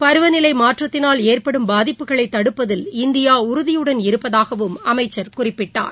பருவநிலைமாற்றத்தினால் ஏற்படும் பாதிப்புகளைதடுப்பதில் இந்தியாஉறுதியுடன் இருப்பதாகவும் அமைச்சர் குறிப்பிட்டார்